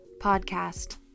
podcast